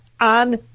on